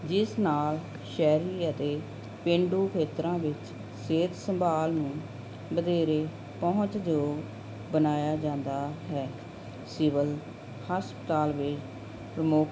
ਜਿਸ ਨਾਲ ਸ਼ਹਿਰੀ ਅਤੇ ਪੇਂਡੂ ਖੇਤਰਾਂ ਵਿੱਚ ਸਿਹਤ ਸੰਭਾਲ ਨੂੰ ਵਧੇਰੇ ਪਹੁੰਚਯੋਗ ਬਣਾਇਆ ਜਾਂਦਾ ਹੈ ਸਿਵਲ ਹਸਪਤਾਲ ਵਿੱਚ ਪ੍ਰਮੁੱਖ